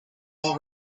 all